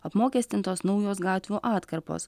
apmokestintos naujos gatvių atkarpos